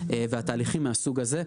והתהליכים מהסוג הזה,